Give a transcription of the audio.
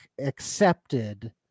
accepted